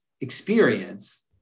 experience